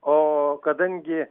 o kadangi